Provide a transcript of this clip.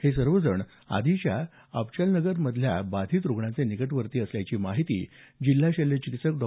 हे सर्वजण आधीच्या अबचलनगर मधल्या बाधित रूग्णाचे निकटवर्तीय असल्याची माहिती जिल्हा शल्य चिकित्सक डॉ